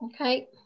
Okay